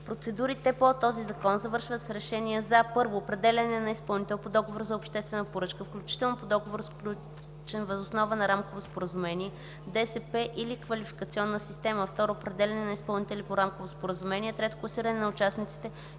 Процедурите по този закон завършват с решение за: 1. определяне на изпълнител по договор за обществена поръчка, включително по договор, сключен въз основа на рамково споразумение, ДСП или квалификационна система; 2. определяне на изпълнители по рамково споразумение; 3. класиране на участниците